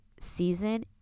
season